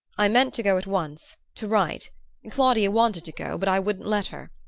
i meant to go at once to write claudia wanted to go, but i wouldn't let her.